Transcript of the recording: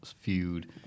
feud